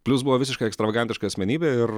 plius buvo visiškai ekstravagantiška asmenybė ir